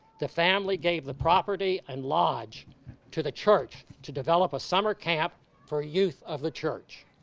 the family gave the property and lodge to the church to develop a summer camp for youth of the church.